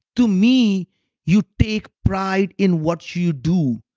to me you take pride in what you do.